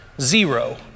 zero